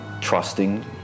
trusting